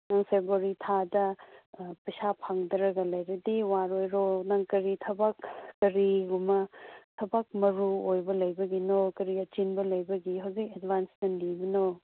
ꯅꯪ ꯐꯦꯕ꯭ꯔꯨꯋꯥꯔꯤ ꯊꯥꯗ ꯄꯩꯁꯥ ꯐꯪꯗ꯭ꯔꯒ ꯂꯩꯔꯗꯤ ꯋꯥꯔꯣꯏꯗ꯭ꯔꯣ ꯅꯪ ꯀꯔꯤ ꯊꯕꯛ ꯀꯔꯤꯒꯨꯝꯕ ꯊꯕꯛ ꯃꯔꯨ ꯑꯣꯏꯕ ꯂꯩꯕꯒꯤꯅꯣ ꯀꯔꯤ ꯑꯆꯤꯟꯕ ꯂꯩꯕꯒꯤ ꯍꯧꯖꯤꯛ ꯑꯦꯗꯚꯥꯟꯁ ꯅꯤꯕꯅꯣ